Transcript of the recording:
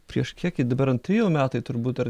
prieš kiek ji dabar antri jau metai turbūt ar